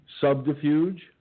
Subterfuge